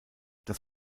das